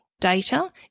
data